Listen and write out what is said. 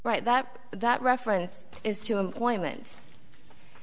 right that that reference is to employment